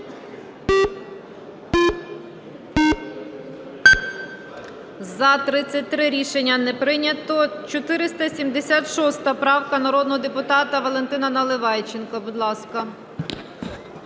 За-33 Рішення не прийнято. 476 правка народного депутата Валентина Наливайченка, будь ласка.